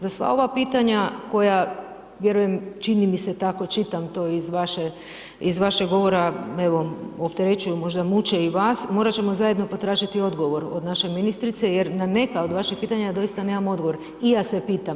Za sva ova pitanja koja vjerujem, čini mi se tako, čitam to iz vaše, iz vašeg govora evo opterećuju možda muče i vas, morat ćemo zajedno potražiti odgovor od naše ministrice, jer na neka od vaših pitanja doista nemam odgovor i ja se pitam.